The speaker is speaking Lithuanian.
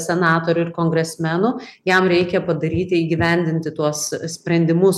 senatorių ir kongresmenų jam reikia padaryti įgyvendinti tuos sprendimus